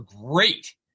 great